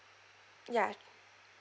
ya